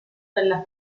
della